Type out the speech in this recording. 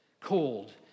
cold